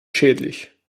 schädlich